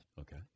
Okay